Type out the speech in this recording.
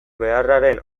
beharraren